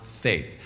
faith